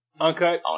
Okay